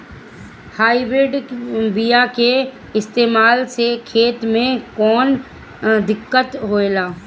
Hybrid बीया के इस्तेमाल से खेत में कौन दिकत होलाऽ?